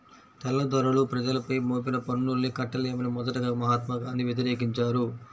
తెల్లదొరలు ప్రజలపై మోపిన పన్నుల్ని కట్టలేమని మొదటగా మహాత్మా గాంధీ వ్యతిరేకించారు